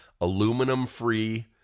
aluminum-free